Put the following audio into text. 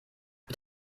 mit